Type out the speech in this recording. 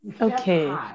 Okay